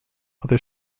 other